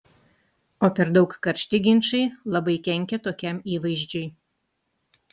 o per daug karšti ginčai labai kenkia tokiam įvaizdžiui